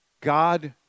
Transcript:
God